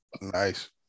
Nice